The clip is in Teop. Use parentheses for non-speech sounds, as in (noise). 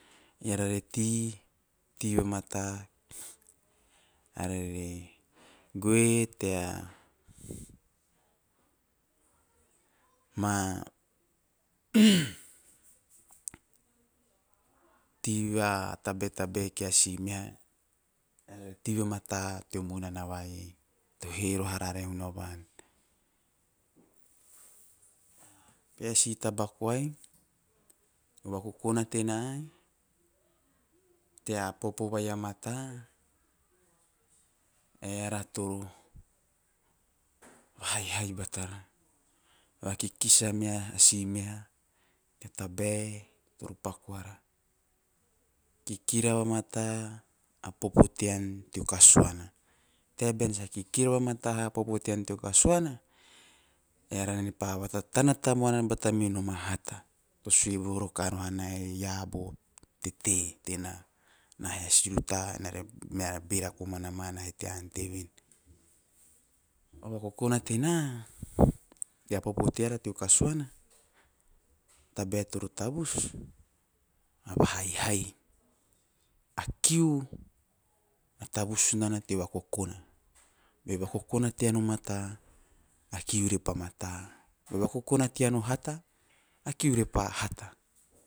Eara re tei - tei vamata eara re goe tea, ma (noise) tei vo tabae - tabae kia si meha tei vamata teo munana vai to he roho arara e hunavan. Peha si taba koai, o vakokona tena tea popo vai a mata eara toro haihai batara, vakikis a sia meha tea tabae toro paku ara, kikira nea popo tean teo kasuan te bean sa kikira vamata ha popo tean reo kasuana! Eava re pa vatatana tamuana bata minon a hata to sue voroho karoho, bea kokona tean o mata a kiu re pa mata, beo vakokona, beo vakokona tean o mata a kiu re pa mata, beo vakokona tean o hata a kiu re pa hata.